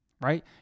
right